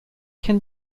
can